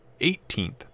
18th